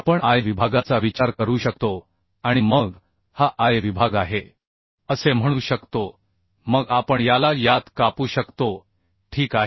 आपण I विभागाचा विचार करू शकतो आणि मग हा I विभाग आहे असे म्हणू शकतो मग आपण याला यात कापू शकतो ठीक आहे